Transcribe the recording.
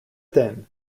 thin